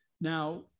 Now